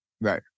Right